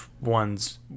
ones